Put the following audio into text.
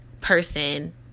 person